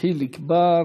חיליק בר,